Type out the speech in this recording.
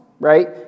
right